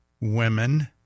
women